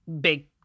big